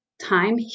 time